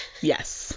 Yes